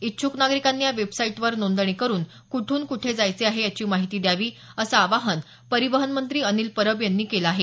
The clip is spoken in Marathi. इच्छुक नागरिकांना या वेबसाइटवर नोंदणी करून कुठून कुठून जायचे आहे याची माहिती द्यावी असं आवाहन परिवहन मंत्री अनिल परब यांनी केलं आहे